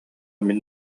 мин